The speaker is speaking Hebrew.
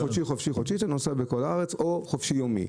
שמאפשר לנסוע בכל הארץ או מנוי חופשי-יומי.